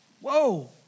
Whoa